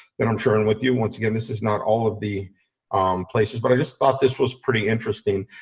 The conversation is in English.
that i'm sharing with you once again this is not all of the places, but i just thought this was pretty interesting,